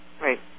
Right